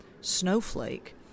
snowflake